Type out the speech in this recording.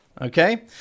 Okay